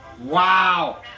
Wow